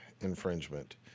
infringement